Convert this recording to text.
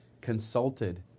consulted